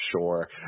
sure